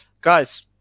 Guys